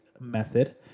method